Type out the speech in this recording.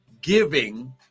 giving